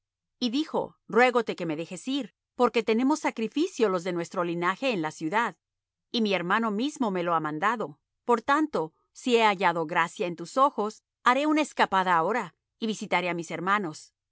y dijo ruégote que me dejes ir porque tenemos sacrificio los de nuestro linaje en la ciudad y mi hermano mismo me lo ha mandado por tanto si he hallado gracia en tus ojos haré una escapada ahora y visitaré á mis hermanos